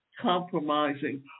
compromising